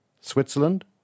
Switzerland